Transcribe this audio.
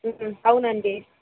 అవునండి